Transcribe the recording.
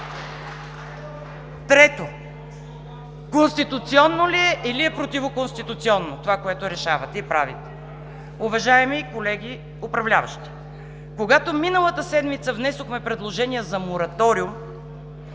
Трето, конституционно ли е, или е противоконституционно това, което решавате и правите? Уважаеми колеги-управляващи, когато миналата седмица внесохме предложение за мораториум